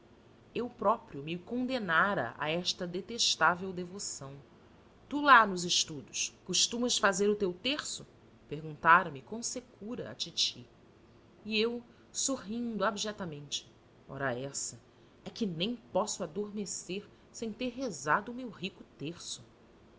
eu próprio me condenara a esta detestável devoção tu lá nos teus estudos costumas fazer o teu terço perguntara me com secura a titi e eu sorrindo abjetamente ora essa é que nem posso adormecer sem ter rezado o meu rico terço